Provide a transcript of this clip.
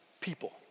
people